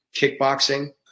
kickboxing